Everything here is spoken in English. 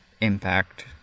impact